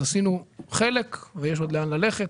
אז עשינו חלק ויש עוד לאן ללכת,